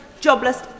jobless